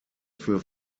für